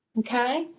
okay?